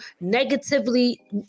negatively